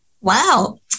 Wow